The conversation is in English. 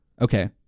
Okay